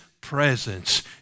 presence